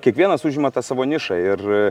kiekvienas užima tą savo nišą ir